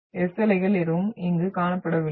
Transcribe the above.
S அலைகள் எதுவும் இங்கு காணப்படவில்லை